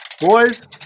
Boys